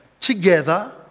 together